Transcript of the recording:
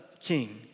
king